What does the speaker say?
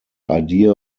idea